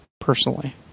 personally